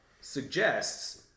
suggests